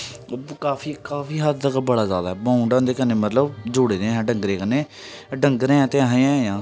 ओह् काफी काफी हद्द तक बड़ा जादा बाउंड ऐ उं'दे कन्नै मतलब जुडे़ दा आं अस डंगरें कन्नै डंगरें ते असें